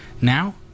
Now